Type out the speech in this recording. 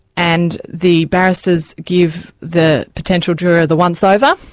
and the barristers give the potential juror the once-over,